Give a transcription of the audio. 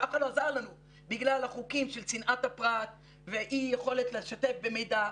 ואף אחד לא עזר לנו בגלל החוקים של צנעת הפרט ואי יכולת לשתף במידע.